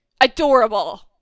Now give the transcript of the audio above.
adorable